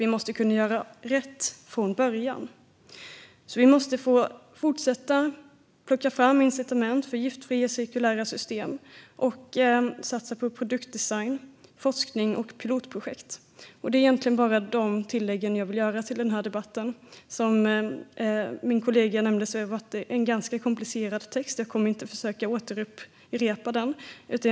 Vi måste kunna göra rätt från början. Vi måste fortsätta att plocka fram incitament för giftfria cirkulära system och satsa på produktdesign, forskning och pilotprojekt. Det är egentligen bara de tilläggen jag vill göra till debatten. Som min kollega nämnde är det en ganska komplicerad text. Jag tänker inte försöka att upprepa den. Fru talman!